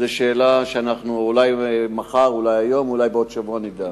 זו שאלה שאולי מחר או היום או בעוד שבוע נדע.